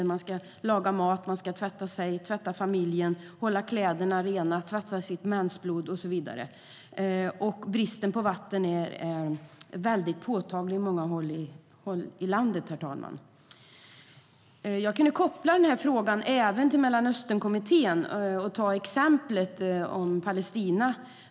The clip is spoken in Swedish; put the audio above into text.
Kvinnorna ska laga mat, tvätta sig och familjen, tvätta kläder, tvätta bort mensblod och så vidare. Bristen på vatten är mycket påtaglig på många håll i världen. Jag kunde koppla denna fråga till Mellanösternkommittén och ta Palestina som exempel.